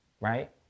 right